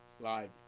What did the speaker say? live